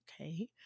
okay